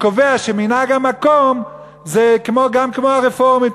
קובע שמנהג המקום זה גם כמו הרפורמים.